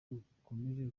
rukomeje